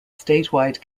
statewide